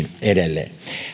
edelleen